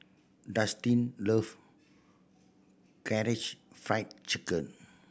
Dustin love Karaage Fried Chicken